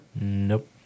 Nope